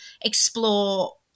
explore